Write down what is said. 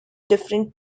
different